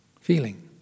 feeling